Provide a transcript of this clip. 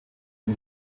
dem